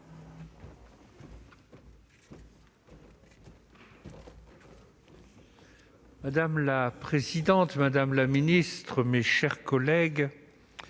Madame la présidente, madame la ministre, mes chers collègues,